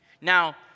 Now